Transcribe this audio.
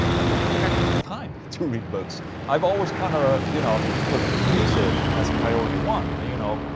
i don't think i have the time to read books i've always kind of ah you know, put music as priority one, and you know.